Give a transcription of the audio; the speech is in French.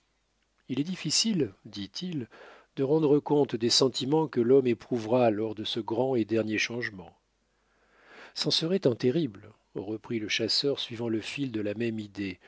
il est difficile dit-il de rendre compte des sentiments que l'homme éprouvera lors de ce grand et dernier changement cen serait un terrible reprit le chasseur suivant le fil de la même idée